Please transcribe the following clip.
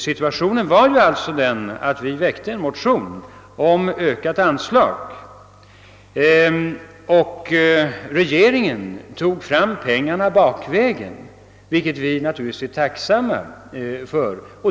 Situationen den gången var att vi hade väckt en motion om ökade anslag, och regeringen tog då fram de pengar som behövdes på en bakväg så att säga — vilket vi naturligtvis är tacksamma för.